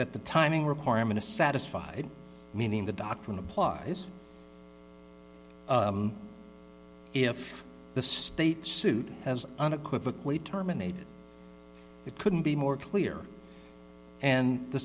that the timing requirement is satisfied meaning the doctrine applies if the state sued as unequivocal a terminated it couldn't be more clear and the